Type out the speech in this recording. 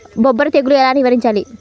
బొబ్బర తెగులు ఎలా నివారించాలి?